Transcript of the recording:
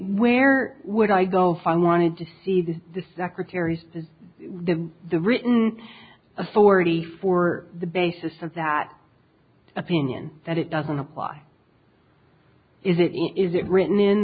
where would i go find wanted to see this the secretary says the written authority for the basis of that opinion that it doesn't apply is it is it written in